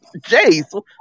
Jace